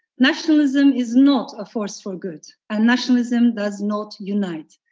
nationalism is not a force for good and nationalism does not unite.